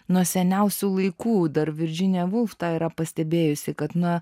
nuo seniausių laikų dar virdžinija wolf tą yra pastebėjusi kad na